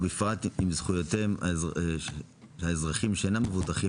בפרט עם זכויותיהם של האזרחים שאינם מבוטחים